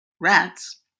rats